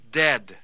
dead